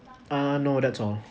uh no that's all